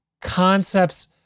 concepts